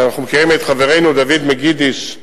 אנחנו מכירים את חברנו דוד מגידיש,